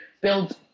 build